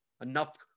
enough